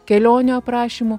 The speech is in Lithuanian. kelionių aprašymų